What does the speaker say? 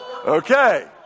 Okay